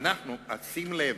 שים לב,